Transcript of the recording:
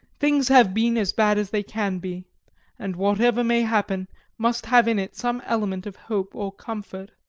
things have been as bad as they can be and whatever may happen must have in it some element of hope or comfort.